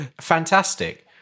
fantastic